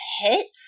hit